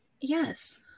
Yes